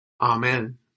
Amen